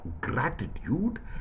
gratitude